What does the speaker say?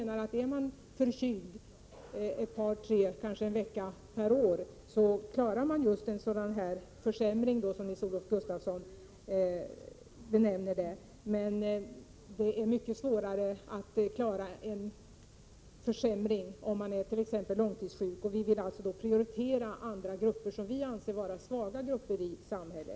Är man förkyld kanske en vecka per år klarar man en sådan här försämring, som Nils-Olof Gustafsson kallar det, men det är mycket svårare att klara en försämring om man är långtidssjuk. Vi vill alltså prioritera andra grupper, sådana som vi menar är svaga grupper i samhället.